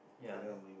ya